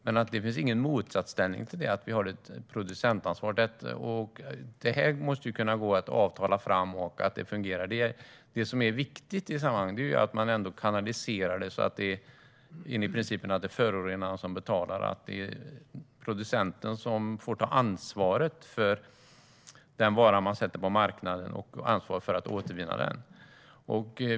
Men det finns ingen motsatsställning till ett producentansvar. Det måste gå att avtala fram något som fungerar. Det som är viktigt är att kanalisera hanteringen enligt principen att det är förorenaren som betalar. Producenten får ta ansvaret för att den vara man lägger ut på marknaden kan återvinnas.